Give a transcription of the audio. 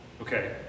Okay